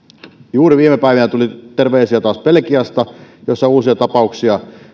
juuri viime päivinä tuli terveisiä taas belgiasta jossa on uusia tapauksia